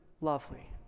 lovely